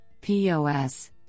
POS